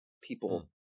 people